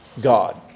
God